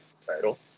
title